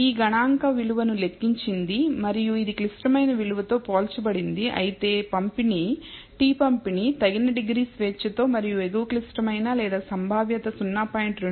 ఈ గణాంక విలువను లెక్కించింది మరియు ఇది క్లిష్టమైన విలువతో పోల్చబడింది అయితే పంపిణీ t పంపిణీ తగిన డిగ్రీ స్వేచ్ఛతో మరియు ఎగువ క్లిష్టమైన లేదా సంభావ్యత 0